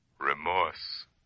remorse